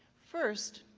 first,